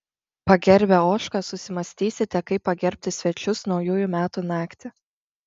pagerbę ožką susimąstysite kaip pagerbti svečius naujųjų metų naktį